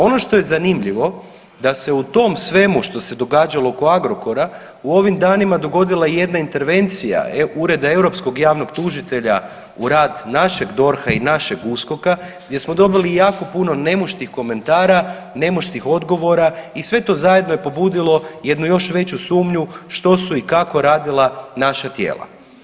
Ono što je zanimljivo da se u tom svemu što se događalo oko Agrokora u ovim danima dogodila i jedna intervencija Ureda europskog javnog tužitelja u rad našeg DORH-a i našeg USKOK-a gdje smo dobili jako puno nemuštih komentara, nemuštih odgovora i sve to zajedno je pobudilo jednu još veću sumnju što su i kako radila naša tijela.